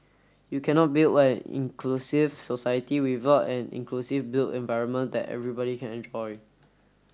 you cannot build an inclusive society without an inclusive built environment that everybody can enjoy